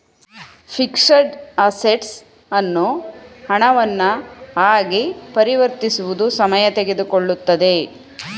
fixed assets ಅನ್ನು ಹಣವನ್ನ ಆಗಿ ಪರಿವರ್ತಿಸುವುದು ಸಮಯ ತೆಗೆದುಕೊಳ್ಳುತ್ತದೆ